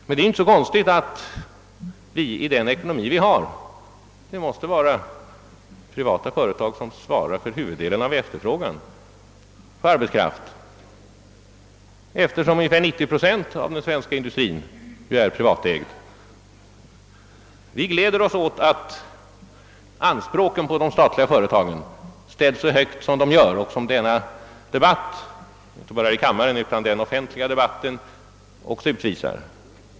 Med den typ av ekonomi som vi har — ungefär 90 procent av den svenska industrin är privatägd — är det inte märkvärdigt att de privata företagen måste svara för huvuddelen av efterfrågan på arbetskraft. Vi gläder oss åt att det ställs så höga anspråk på de statliga företagen som inte bara debatten här i kammaren utan också den offentliga debatten visar.